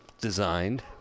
designed